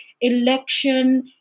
election